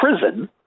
prison